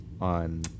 on